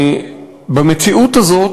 במציאות הזאת,